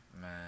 man